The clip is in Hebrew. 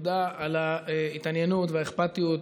תודה על ההתעניינות והאכפתיות.